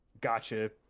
gotcha